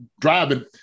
driving